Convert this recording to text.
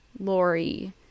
lori